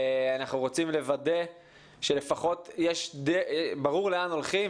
אנחנו רוצים לוודא שלפחות ברור לאן הולכים,